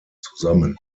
zusammen